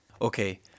Okay